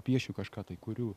piešiu kažką tai kuriu